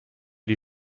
die